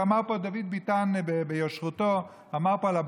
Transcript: ואמר פה דוד ביטן על הבמה בישרותו שאין